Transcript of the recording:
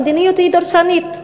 המדיניות היא דורסנית.